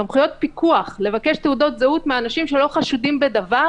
סמכויות פיקוח לבקש תעודות זהות מאנשים שלא חשודים בדבר